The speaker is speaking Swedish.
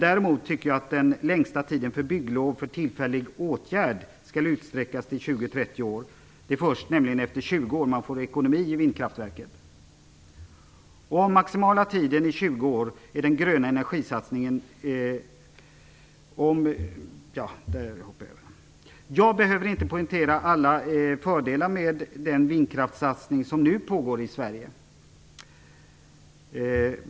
Däremot tycker jag att den längsta tiden för bygglov för "tillfällig åtgärd" skall utsträckas till 20-30 år. Det är nämligen först efter 20 år som man får ekonomi i ett vindkraftverk. Jag behöver inte poängtera alla fördelar med den vindkraftssatsning som nu pågår i Sverige.